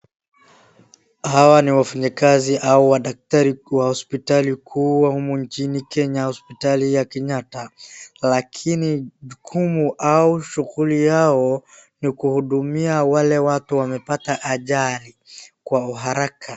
Hawa ni wafanyikazi au wadaktari wa hospitali kuu humu nchini Kenya , hospitali ya Kenyatta lakini jukumu au shughuli yao ni kuhudumia wale watu wamepata ajali kwa uharaka.